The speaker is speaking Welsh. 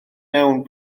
mewn